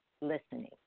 listening